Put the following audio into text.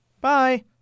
Bye